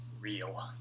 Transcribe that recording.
real